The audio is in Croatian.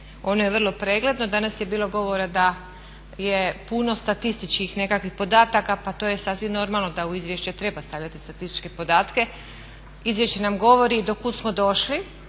ono je vrlo pregledno, danas je bilo govora da je puno statističkih nekakvih podataka pa to je sasvim normalo da u izvješće treba stavljati statističke podatke. Izvješće nam govori do kuda smo došli,